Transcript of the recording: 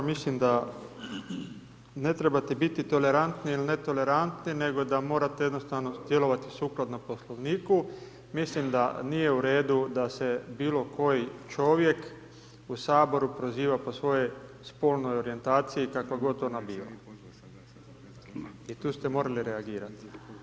Mislim da ne trebate biti tolerantni il netolerantni, nego da morate jednostavno djelovati sukladno Poslovniku, mislim da nije u redu da se bilo koji čovjek u HS proziva po svojoj spolnoj orijentaciji, kakva god ona bila i tu ste morali reagirat.